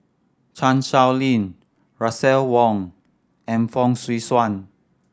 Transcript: Chan Sow Lin Russel Wong and Fong Swee Suan